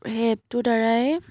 সেই এপটোৰ দ্বাৰাই